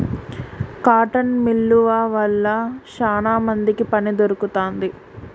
cotton మిల్లువ వల్ల శానా మందికి పని దొరుకుతాంది